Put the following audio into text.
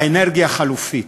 האנרגיה החלופית.